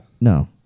No